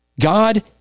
God